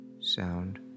sound